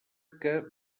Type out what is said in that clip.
que